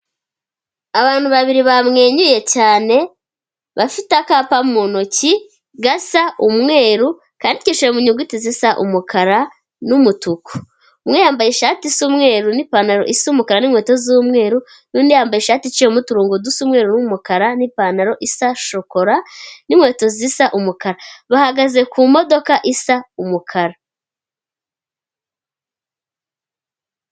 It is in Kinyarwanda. Abantu babiri bamwenyuye cyane, bafite akapa mu ntoki gasa umweru kandikishije mu nyuguti zisa umukara n'umutuku. Umwe yambaye ishati isa umweru n'ipantaro isa umukara n'inkweto z'umweru n'undi yambaye ishati icyemo uturungu dusa umweru n'umukara n'ipantaro isa shokora n'inkweto zisa umukara, bahagaze ku modoka isa umukara.